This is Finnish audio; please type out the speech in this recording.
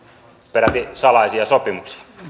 peräti salaisia sopimuksia